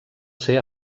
ser